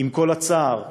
עם כל הצער והכאב,